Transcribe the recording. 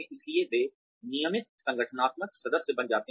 इसलिए वे नियमित संगठनात्मक सदस्य बन जाते हैं